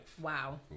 Wow